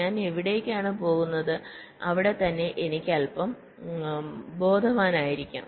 ഞാൻ എവിടേക്കാണ് പോകുന്നതെന്ന് അവിടെ തന്നെ എനിക്ക് അൽപ്പം ബോധവാനായിരിക്കാം